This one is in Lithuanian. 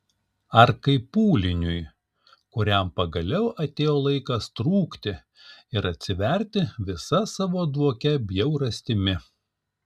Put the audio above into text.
ar kaip pūliniui kuriam pagaliau atėjo laikas trūkti ir atsiverti visa savo dvokia bjaurastimi